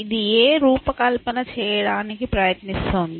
ఇది ఏ రూపకల్పన చేయడానికి ప్రయత్నిస్తోంది